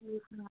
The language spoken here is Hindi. ठीक है